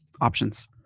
options